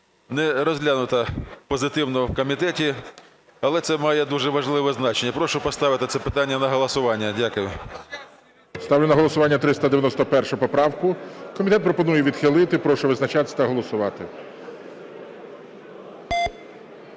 не розглянута позитивно в комітеті. Але це має дуже важливе значення. Прошу поставити це питання на голосування. Дякую. ГОЛОВУЮЧИЙ. Ставлю на голосування 391 поправку. Комітет пропонує відхилити. Прошу визначатись та голосувати.